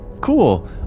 Cool